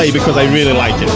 ah because i really liked